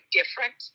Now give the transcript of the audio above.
different